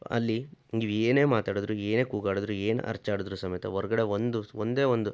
ಅಲ್ಲಿ ನೀವು ಏನೇ ಮಾತಾಡಿದ್ರು ಏನೇ ಕೂಗಾಡಿದ್ರು ಏನೇ ಅರಚಾಡಿದ್ರು ಸಮೇತ ಹೊರ್ಗಡೆ ಒಂದು ಒಂದೇ ಒಂದು